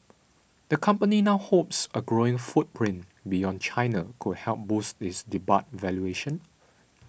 the company now hopes a growing footprint beyond China could help boost its debut valuation